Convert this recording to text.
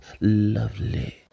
lovely